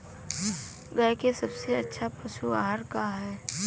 गाय के सबसे अच्छा पशु आहार का ह?